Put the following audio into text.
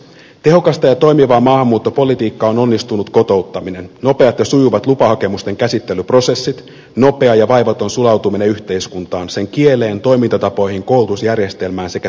tehokasta ja toimivaa maahanmuuttopolitiikkaa on onnistunut kotouttaminen nopeat ja sujuvat lupahakemusten käsittelyprosessit nopea ja vaivaton sulautuminen yhteiskuntaan sen kieleen toimintatapoihin koulutusjärjestelmään sekä työelämään